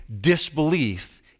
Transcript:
disbelief